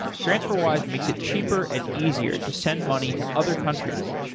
transferwise makes it cheaper and easier to send money to other countries.